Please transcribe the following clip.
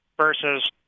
versus